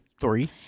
Three